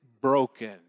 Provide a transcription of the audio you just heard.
broken